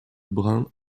brin